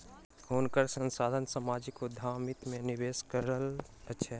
हुनकर संस्थान सामाजिक उद्यमिता में निवेश करैत अछि